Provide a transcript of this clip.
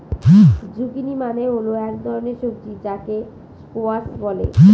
zucchini মানে হল এক ধরনের সবজি যাকে স্কোয়াশ বলে